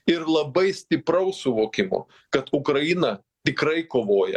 ir labai stipraus suvokimo kad ukraina tikrai kovoja